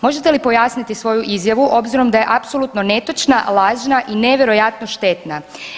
Možete li pojasniti svoju izjavu obzirom da je apsolutno netočna, lažna i nevjerojatno štetna.